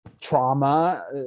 trauma